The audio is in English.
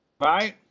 Right